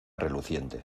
reluciente